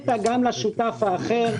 לשותפות,